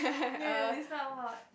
no no no is not about